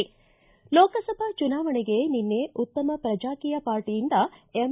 ಲೋಕಸಭಾ ಚುನಾವಣೆಗೆ ಉತ್ತಮ ಪ್ರಜಾಕೀಯ ಪಾರ್ಟಿಯಿಂದ ಎಂ